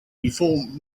before